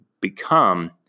become